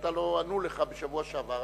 שלא ענו לך בשבוע שעבר,